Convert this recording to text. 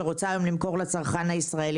שרוצה למכור היום לצרכן הישראלי,